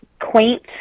quaint